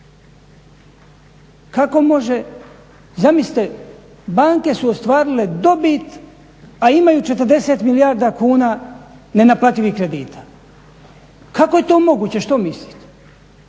Kako može, zamislite banke su ostvarile dobit a imaju 40 milijardi kuna nenaplativih kredita. Kako je to moguće, što mislite?